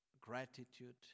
gratitude